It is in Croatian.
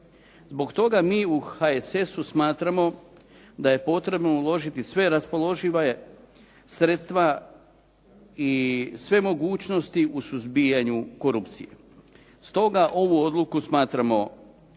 Zbog toga mi u HSS-u smatramo da je potrebno uložiti sve raspoložive sredstva i sve mogućnosti u suzbijanju korupcije. Stoga ovu odluku smatramo